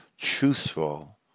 truthful